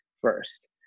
first